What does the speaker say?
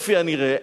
כפי הנראה.